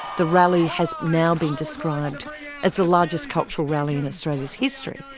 the rally has now been described as the largest cultural rally in australia's history.